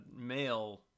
male